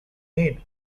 made